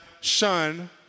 shun